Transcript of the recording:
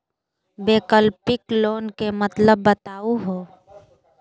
वैकल्पिक लोन के मतलब बताहु हो?